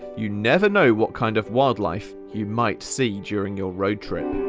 you never know what kind of wildlife you might see during your road trip.